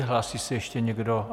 Hlásí se ještě někdo?